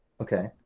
Okay